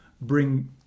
bring